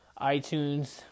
iTunes